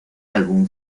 álbum